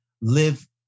live